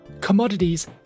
Commodities